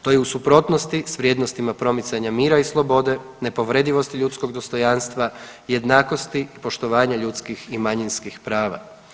To je u suprotnosti s vrijednostima promicanja mira i slobode, nepovredivosti ljudskog dostojanstva, jednakosti, poštovanje ljudskih i manjinskih prava.